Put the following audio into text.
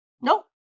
Nope